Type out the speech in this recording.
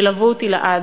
שילוו אותי לעד.